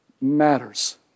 matters